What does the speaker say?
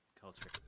culture